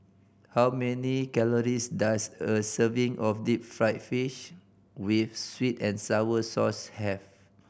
how many calories does a serving of deep fried fish with sweet and sour sauce have